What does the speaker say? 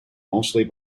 mostly